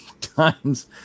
times